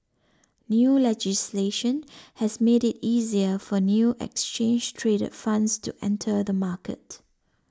new legislation has made it easier for new exchange traded funds to enter the market